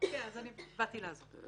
באתי לעזור...